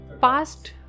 past